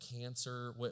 cancer